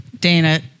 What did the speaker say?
Dana